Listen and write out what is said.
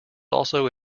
also